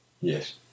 Yes